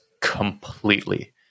completely